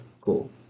Cool